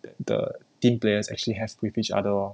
that the team players actually has with each other lor